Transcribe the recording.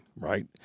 right